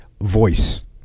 voice